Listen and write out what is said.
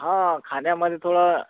हां खाण्यामध्ये थोडं